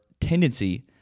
tendency